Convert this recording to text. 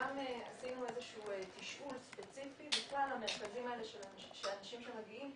עשינו גם איזשהו תשאול ספציפי בכלל המרכזים האלה של האנשים שמגיעים,